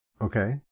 Okay